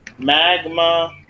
Magma